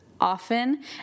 often